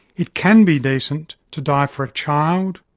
it can be decent to die for a child,